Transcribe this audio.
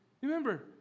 remember